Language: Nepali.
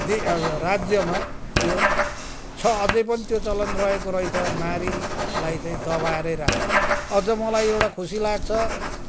दि राज्यमा त्यो छ अझै पनि त्यो चलन रहेको रहेछ नारीलाई चाहिँ दबाएरै राख्ने अझ मलाई एउटा खुसी लाग्छ